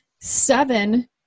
seven